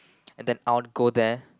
and that town cold there